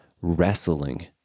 Wrestling